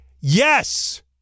yes